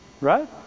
Right